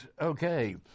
Okay